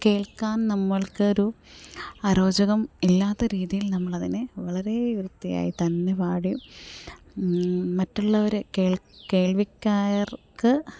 കേൾക്കാൻ നമ്മൾക്ക് ഒരു അരോചകം ഇല്ലാത്ത രീതിയിൽ നമ്മളതിനെ വളരെ വൃത്തിയായി തന്നെ പാടും മറ്റുള്ളവരെ കേ കേൾവിക്കാർക്ക്